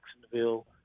Jacksonville